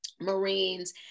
Marines